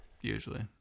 Usually